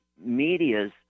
media's